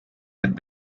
had